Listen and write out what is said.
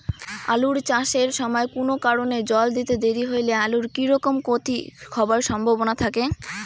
আলু চাষ এর সময় কুনো কারণে জল দিতে দেরি হইলে আলুর কি রকম ক্ষতি হবার সম্ভবনা থাকে?